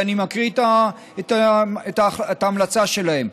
ואני מקריא את ההמלצה שלהם: